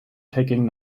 taking